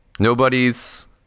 nobody's